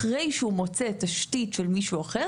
אחרי שהוא מוצא תשתית של מישהו אחר,